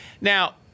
Now